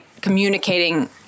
communicating